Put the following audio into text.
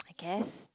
I guess